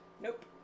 Nope